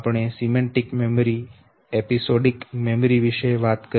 આપણે semantic memory episodic memory વિશે વાત કરી